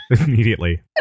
immediately